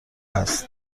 است